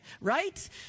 Right